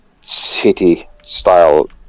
city-style